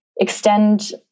extend